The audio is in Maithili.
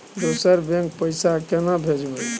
दोसर बैंक पैसा केना भेजबै?